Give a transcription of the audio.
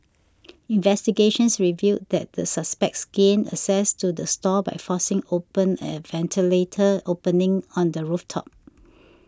investigations revealed that the suspects gained access to the stall by forcing open a ventilator opening on the roof top